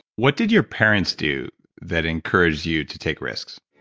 what did your parents do that encouraged you to take risks?